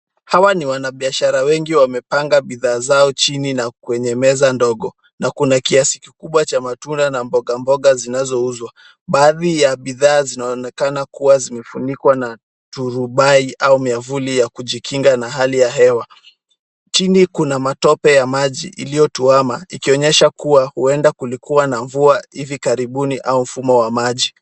Hawa ni wanabiashara wengi wamepanga bidhaa zao chini kwenye meza ndogo na kuna kiasi kikubwa cha matunda na mboga mboga zinazouzwa. Baadhi ya bidhaa zinaonekana kuwa zimefunikwa na turubai au miavuli ya kujikinga na hali ya hewa . Chini kuna matope ya maji iliyotuama ikionyesha kuwa huenda kulikuwa na mvua hivi karibuni au mfumo wa maji.